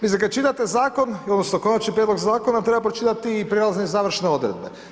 Mislim kada čitate zakon odnosno konačni prijedlog zakona treba pročitati i prijelazne i završne odredbe.